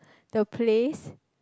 the place